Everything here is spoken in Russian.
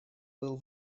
был